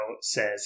says